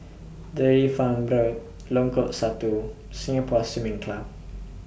Dairy Farm Road Lengkok Satu Singapore Swimming Club